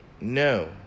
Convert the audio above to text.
no